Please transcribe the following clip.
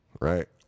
right